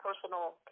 personal